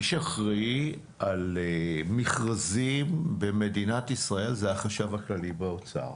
מי שאחראי על מכרזים במדינת ישראל זה החשב הכללי באוצר.